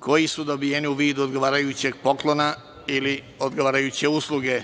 koji su dobijeni u vidu odgovarajućeg poklona ili odgovarajuće usluge.